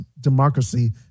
democracy